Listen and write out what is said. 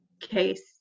case